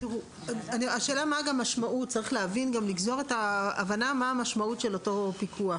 צריך גם לגזור את ההבנה מה המשמעות של אותו פיקוח